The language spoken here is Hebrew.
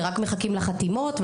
ורק מחכים לחתימות,